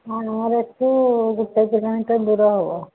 ହଁ ଆମର ଏଠି ଗୋଟେ କିଲୋମିଟର ଦୂର ହେବ